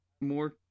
more